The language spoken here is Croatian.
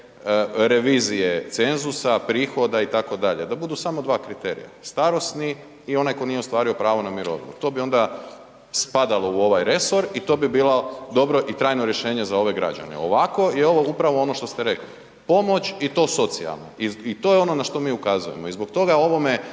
revizije cenzusa, prihoda itd., da budu samo dva kriterija, starosni i onaj ko nije ostvario pravo na mirovinu. To bi onda spadalo u ovaj resor i to bi bila dobro i trajno rješenje za ove građane. Ovako je ovo upravo ono što ste rekli, pomoć i to socijalna i, i to je ono na što mi ukazujemo i zbog toga ovome